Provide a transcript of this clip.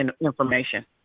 information